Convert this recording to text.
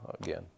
again